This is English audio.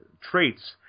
traits